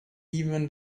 even